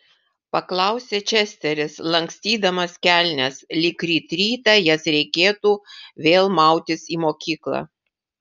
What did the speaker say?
paklausė česteris lankstydamas kelnes lyg ryt rytą jas reikėtų vėl mautis į mokyklą